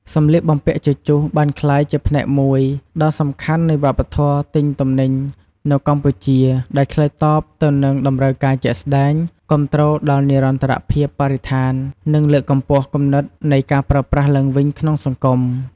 សម្លៀកបំពាក់ជជុះបានក្លាយជាផ្នែកមួយដ៏សំខាន់នៃវប្បធម៌ទិញទំនិញនៅកម្ពុជា ដែលឆ្លើយតបទៅនឹងតម្រូវការជាក់ស្ដែង គាំទ្រដល់និរន្តរភាពបរិស្ថាន និងលើកកម្ពស់គំនិតនៃការប្រើប្រាស់ឡើងវិញក្នុងសង្គម។